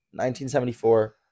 1974